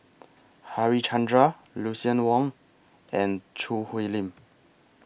Harichandra Lucien Wang and Choo Hwee Lim